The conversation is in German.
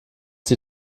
sie